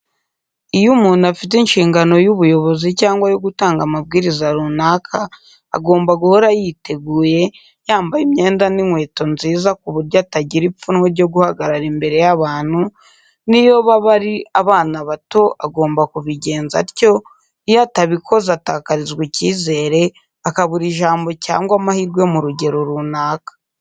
Iyo umuntu afite inshingano y'ubuyobozi cyangwa yo gutanga amabwiriza runaka, agomba guhora yiteguye, yambaye imyenda n'inkweto nziza ku buryo atagira ipfunwe ryo guhagarara imbere y'abantu, n'iyo baba ari abana bato agomba kubigenza atyo, iyo atabikoze atakarizwa icyizere, akabura ijambo cyangwa amahirwe mu rugero runaka.